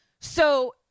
So-